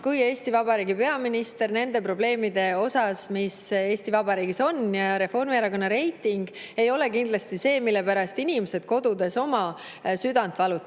kui Eesti Vabariigi peaminister nende probleemide kohta, mis Eesti Vabariigis on. Reformierakonna reiting ei ole kindlasti see, mille pärast inimesed kodudes südant valutavad.